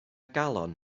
galon